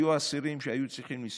היו אסירים שהיו צריכים לנסוע,